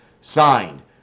signed